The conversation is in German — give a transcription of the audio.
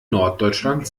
norddeutschland